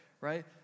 right